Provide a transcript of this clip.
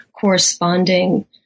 corresponding